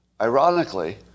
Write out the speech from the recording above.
ironically